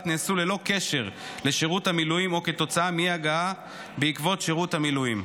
נעשו ללא קשר לשירות המילואים או כתוצאה מאי-הגעה בעקבות שירות המילואים,